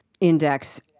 index